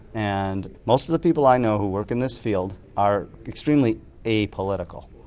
and most of the people i know who work in this field are extremely apolitical.